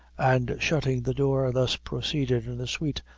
and shutting the door, thus proceeded in a sweet,